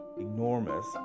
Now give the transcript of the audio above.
enormous